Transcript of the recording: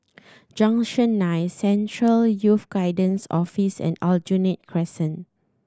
Junction Nine Central Youth Guidance Office and Aljunied Crescent